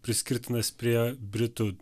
priskirtinas prie britų